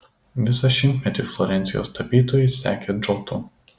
visą šimtmetį florencijos tapytojai sekė džotu